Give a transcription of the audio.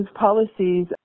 policies